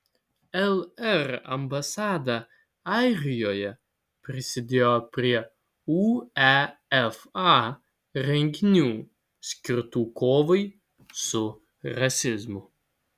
lr ambasada airijoje prisidėjo prie uefa renginių skirtų kovai su rasizmu